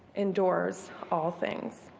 endures all things.